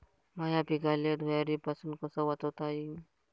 माह्या पिकाले धुयारीपासुन कस वाचवता येईन?